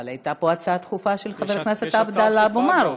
אבל הייתה פה הצעה דחופה של חבר הכנסת עבדאללה אבו-מערוף,